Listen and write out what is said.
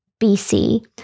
BC